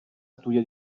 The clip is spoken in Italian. studia